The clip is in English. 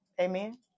Amen